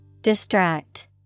Distract